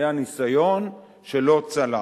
היה ניסיון שלא צלח.